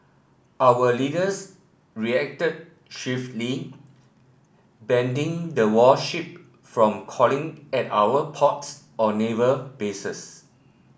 our leaders reacted swiftly banding the warship from calling at our ports or naval bases